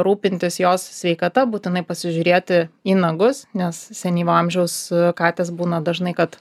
rūpintis jos sveikata būtinai pasižiūrėti į nagus nes senyvo amžiaus katės būna dažnai kad